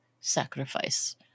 sacrifice